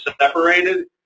separated